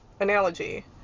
analogy